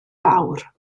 fawr